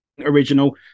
original